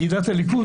בוועידת הליכוד,